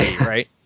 Right